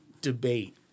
debate